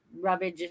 rubbish